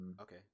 Okay